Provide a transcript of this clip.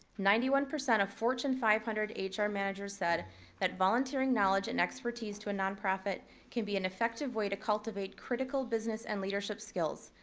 ninety one percent of fortune five hundred hr managers said that volunteering knowledge and expertise to a non profit can be an effective way to cultivate critical business and leadership skills,